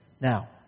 Now